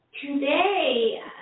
Today